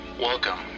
welcome